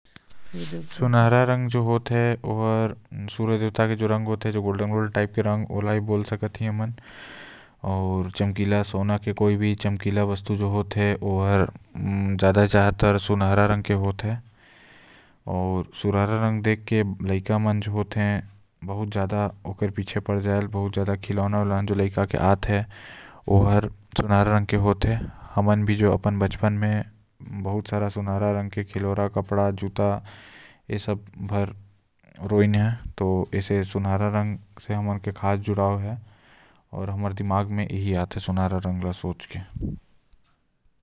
सुनहरा जो रंग होते जो सूर्य देवता के रंग बोले जायल त एकर से जुड़ाव महसूस करते इंसान मन आऊ सुनहरा रंग के इस्तेमाल बहुत से पुस्तक पुस्तिका में कोनो चीज के तारीफ दर्शाए बर करते।